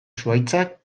zuhaitzak